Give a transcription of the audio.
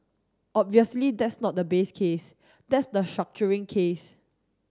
obviously that's not the base case that's the structuring case